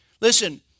Listen